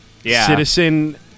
Citizen